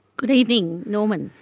good evening norman.